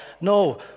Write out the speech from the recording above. No